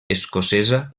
escocesa